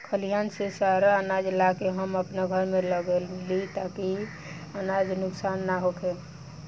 खलिहान से सारा आनाज ला के हम आपना घर में रखे लगनी ताकि अनाज नुक्सान ना होखे